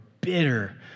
bitter